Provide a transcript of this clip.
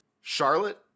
Charlotte